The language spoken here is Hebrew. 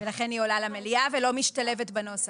לכן היא עולה למליאה ולא משתלבת בנוסח.